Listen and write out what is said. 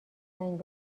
زنگ